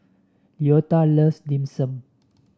Leota loves Dim Sum